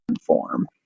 form